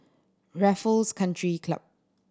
Raffles Country Club